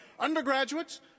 Undergraduates